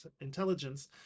intelligence